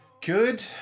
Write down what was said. good